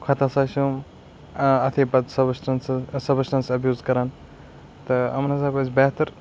کھۄتہٕ ہسا چھِ یِم اَتھٕے پَتہٕ سَبسٹیٚنس سَبسٹیٚنس ایٚبوٗز کران تہٕ یِمَن ہسا روزِ بہتر